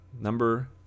number